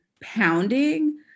pounding